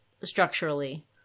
structurally